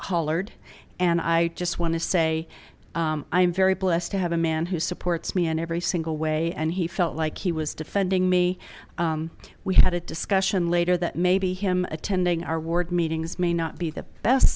hollered and i just want to say i am very blessed to have a man who supports me in every single way and he felt like he was defending me we had a discussion later that maybe him attending our ward meetings may not be the best